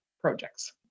projects